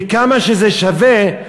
וכמה שזה שווה,